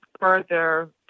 further